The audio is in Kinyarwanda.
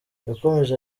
yakomeje